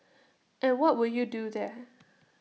and what will you do there